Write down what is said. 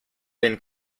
been